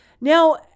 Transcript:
Now